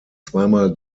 zweimal